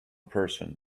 person